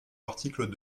l’article